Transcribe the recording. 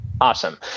Awesome